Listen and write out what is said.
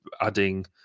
adding